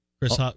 Chris